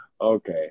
Okay